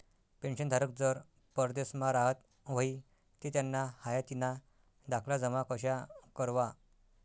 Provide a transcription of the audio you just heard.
पेंशनधारक जर परदेसमा राहत व्हयी ते त्याना हायातीना दाखला जमा कशा करवा?